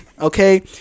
Okay